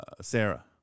Sarah